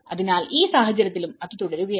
അതിനാൽ ഈ സാഹചര്യത്തിൽ അത് തുടരുകയായിരുന്നു